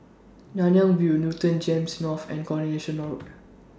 Nanyang View Newton Gems North and Coronation Road